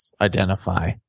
identify